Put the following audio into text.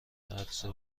عطسه